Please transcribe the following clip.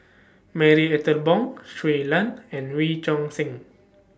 Marie Ethel Bong Shui Lan and Wee Choon Seng